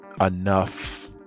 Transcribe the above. enough